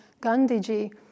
Gandhiji